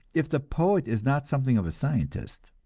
if the poet is not something of a scientist.